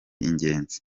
ingenzi